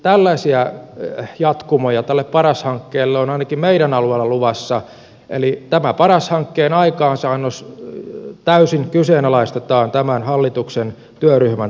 tällaisia jatkumoja paras hankkeelle on ainakin meidän alueellamme luvassa eli tämä paras hankkeen aikaansaannos täysin kyseenalaistetaan hallituksen työryhmän toimesta